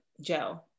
joe